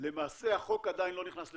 למעשה החוק עדיין לא נכנס לתוקף.